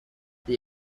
the